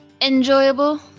enjoyable